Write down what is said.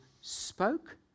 spoke